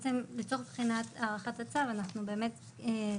מופיד מרעי גאולה צמח עוזרת משפטית,